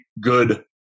good